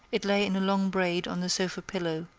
it lay in a long braid on the sofa pillow,